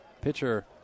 Pitcher